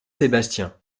sébastien